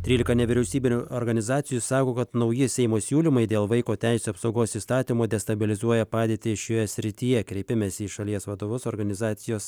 trylika nevyriausybinių organizacijų sako kad nauji seimo siūlymai dėl vaiko teisių apsaugos įstatymo destabilizuoja padėtį šioje srityje kreipimesi į šalies vadovus organizacijos